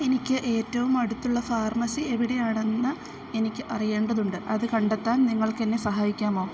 എനിക്ക് ഏറ്റവും അടുത്തുള്ള ഫാർമസി എവിടെയാണെന്ന് എനിക്ക് അറിയേണ്ടതുണ്ട് അത് കണ്ടെത്താൻ നിങ്ങൾക്കെന്നെ സഹായിക്കാമോ